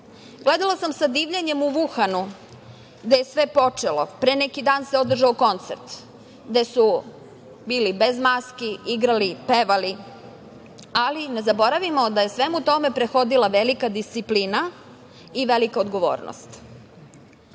svet. Gledala sam sa divljenjem u Vuhanu da je sve počelo pre neki dan se održao koncert, gde su bili bez maski, igrali, pevali, ali ne zaboravimo da je svemu tome prethodila velika disciplina i velika odgovornost. Pridružujem